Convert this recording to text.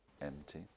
Empty